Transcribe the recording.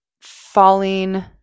falling